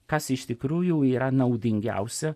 kas iš tikrųjų yra naudingiausia